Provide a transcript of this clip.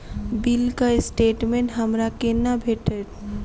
बिलक स्टेटमेंट हमरा केना भेटत?